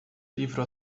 livro